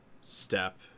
step